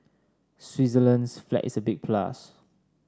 Switzerland's flag is a big plus